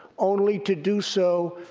only to do so,